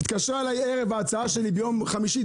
התקשרה אליי ערב ההצעה שלי ביום חמישי,